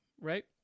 right